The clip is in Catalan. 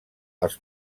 els